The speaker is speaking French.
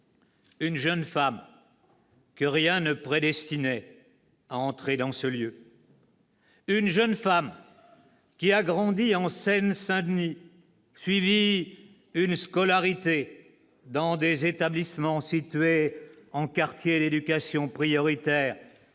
Une jeune femme que rien ne prédestinait à entrer dans ce lieu. Une jeune femme qui a grandi en Seine-Saint-Denis, suivi une scolarité dans des établissements situés en quartiers d'éducation prioritaire,